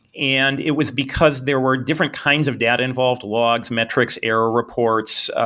and it was because there were different kinds of data involved logs, metrics, error reports,